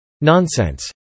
Nonsense